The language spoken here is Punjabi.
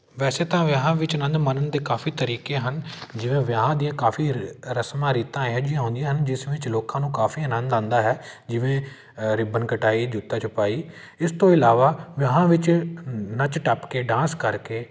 ਵੈਸੇ ਤਾਂ ਵਿਆਹਾਂ ਵਿੱਚ ਆਨੰਦ ਮਾਨਣ ਦੇ ਕਾਫ਼ੀ ਤਰੀਕੇ ਹਨ ਜਿਵੇਂ ਵਿਆਹ ਦੀਆਂ ਕਾਫ਼ੀ ਰ ਰਸਮਾਂ ਰੀਤਾਂ ਇਹੋ ਜਿਹੀਆਂ ਹੁੰਦੀਆਂ ਹਨ ਜਿਸ ਵਿੱਚ ਲੋਕਾਂ ਨੂੰ ਕਾਫ਼ੀ ਆਨੰਦ ਆਉਂਦਾ ਹੈ ਜਿਵੇਂ ਰਿਬਨ ਕਟਾਈ ਜੁੱਤਾ ਛੁਪਾਈ ਇਸ ਤੋਂ ਇਲਾਵਾ ਵਿਆਹਾਂ ਵਿੱਚ ਨੱਚ ਟੱਪ ਕੇ ਡਾਂਸ ਕਰਕੇ